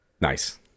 Nice